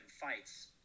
fights